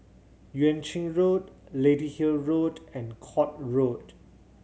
Yuan Ching Road Lady Hill Road and Court Road